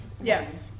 Yes